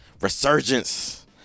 resurgence